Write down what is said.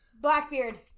Blackbeard